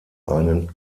einen